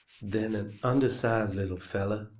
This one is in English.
then an undersized little feller,